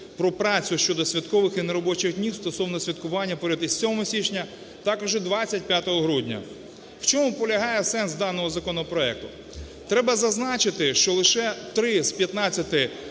про працю щодо святкових і неробочих днів, стосовно святкування поряд із 7 січня також і 25 грудня. В чому полягає сенс даного законопроекту? Треба зазначити, що лише 3 з 15